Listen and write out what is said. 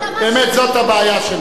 באמת זאת הבעיה שלנו.